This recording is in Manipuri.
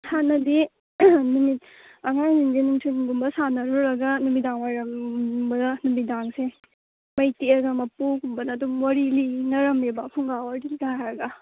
ꯍꯥꯟꯅꯗꯤ ꯅꯨꯃꯤꯠ ꯑꯉꯥꯡꯁꯤꯡꯁꯦ ꯅꯨꯡꯊꯤꯟꯒꯨꯝꯕ ꯁꯥꯟꯅꯔꯨꯔꯒ ꯅꯨꯃꯤꯗꯥꯡ ꯋꯥꯏꯔꯝꯒꯨꯝꯕꯗ ꯅꯨꯃꯤꯗꯥꯡꯁꯦ ꯃꯩ ꯇꯤꯛꯑꯒ ꯃꯄꯨꯒꯨꯝꯕꯅ ꯑꯗꯨꯝ ꯋꯥꯔꯤ ꯂꯤꯅꯔꯝꯃꯦꯕ ꯐꯨꯡꯒꯥ ꯋꯥꯔꯤꯒ ꯍꯥꯏꯔꯒ